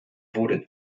wurde